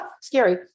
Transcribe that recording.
scary